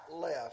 left